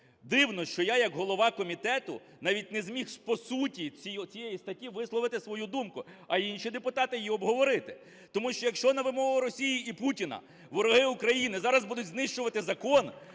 Дивно, що я як голова комітету навіть не зміг по суті оцієї статті висловити свою думку, а інші депутати її обговорити. Тому що, якщо на вимогу Росії і Путіна вороги України зараз будуть знищувати закон,